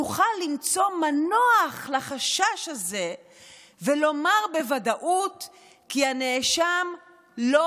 יוכל למצוא מנוח לחשש זה ולומר בוודאות כי הנאשם לא